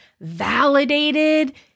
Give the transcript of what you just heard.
validated